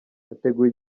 hateguwe